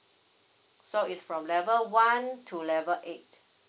so it's from level one to level eight